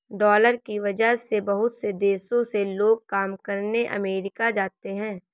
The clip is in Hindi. डालर की वजह से बहुत से देशों से लोग काम करने अमरीका जाते हैं